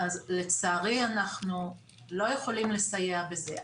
אז לצערי אנחנו לא יכולים לסייע בזה.